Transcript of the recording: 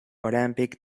olympic